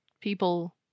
people